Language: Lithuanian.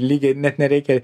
lygin net nereikia